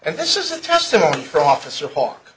and this is the testimony from officer park